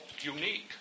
unique